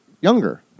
younger